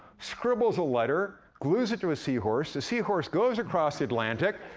scribbles a letter, glues it to a seahorse, the seahorse goes across the atlantic,